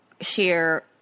share